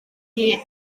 gyd